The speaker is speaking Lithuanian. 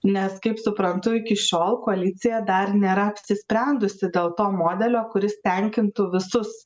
nes kaip suprantu iki šiol koalicija dar nėra apsisprendusi dėl to modelio kuris tenkintų visus